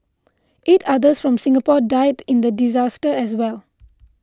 eight others from Singapore died in the disaster as well